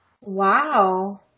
wow